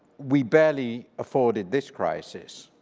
we barely afforded this crisis.